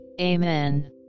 Amen